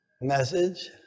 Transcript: message